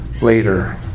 later